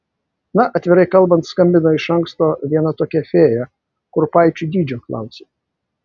na atvirai kalbant skambino iš anksto viena tokia fėja kurpaičių dydžio klausė